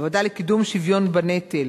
הוועדה לקידום שוויון בנטל,